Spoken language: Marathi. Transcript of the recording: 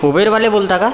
उबेरवाले बोलता का